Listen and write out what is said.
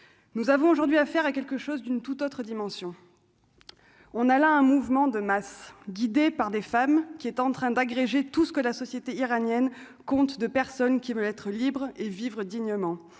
nous avons aujourd'hui à faire et quelque chose d'une toute autre dimension, on a là un mouvement de masse, guidés par des femmes qui est en train d'agréger tout ce que la société iranienne compte de personnes qui veulent être libres et vivre dignement